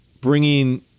bringing